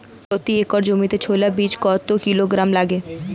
প্রতি একর জমিতে ছোলা বীজ কত কিলোগ্রাম লাগে?